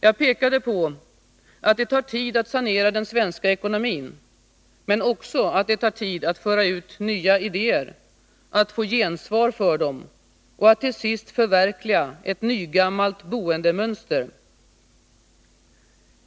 Jag pekade på att det tar tid att sanera den svenska ekonomin men också på att det tar tid att föra ut nya idéer, att få gensvar för dem och att till sist förverkliga ett nygammalt boendemönster.